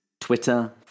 Twitter